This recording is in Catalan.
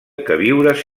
queviures